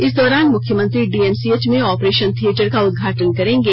इस दौरान मुख्यमंत्री डीएमसीएच में ऑपरेशन थियेटर का उद्घाटन करेंगे